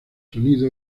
sonido